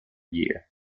year